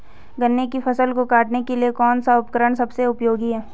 गन्ने की फसल को काटने के लिए कौन सा उपकरण सबसे उपयोगी है?